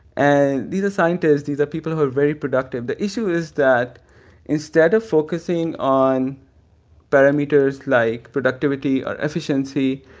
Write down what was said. and these are scientists. these are people who are very productive. the issue is that instead of focusing on parameters like productivity or efficiency,